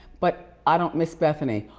but i don't miss bethany.